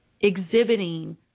exhibiting